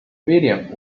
william